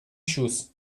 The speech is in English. shoes